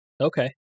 Okay